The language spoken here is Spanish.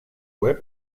web